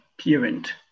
parent